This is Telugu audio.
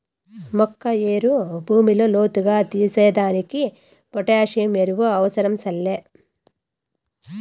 మొక్క ఏరు భూమిలో లోతుగా తీసేదానికి పొటాసియం ఎరువు అవసరం సెల్లే